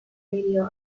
radio